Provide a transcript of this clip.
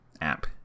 app